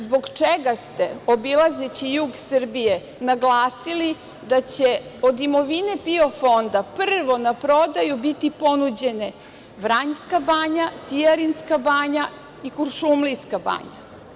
Zbog čega ste, obilazeći jug Srbije, naglasili da će od imovine PIO fonda prvo na prodaju biti ponuđene Vranjska banja, Sijarinska banja i Kuršumlijska banja?